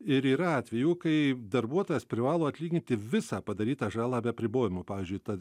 ir yra atvejų kai darbuotojas privalo atlyginti visą padarytą žalą be apribojimų pavyzdžiui ta